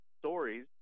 stories